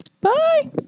Bye